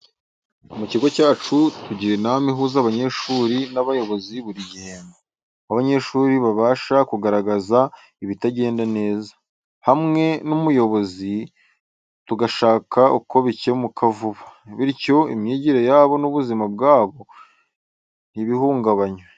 Mu kigo cyacu, tugira inama ihuza abanyeshuri n’abayobozi buri gihembwe, aho abanyeshuri babasha kugaragaza ibitagenda neza. Hamwe n’ubuyobozi, tugashaka uko bikemuka vuba, bityo imyigire yabo n’ubuzima bwabo ntibihungabanywe.